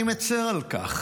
אני מצר על כך.